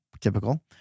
typical